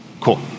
cool